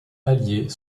alliées